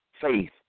faith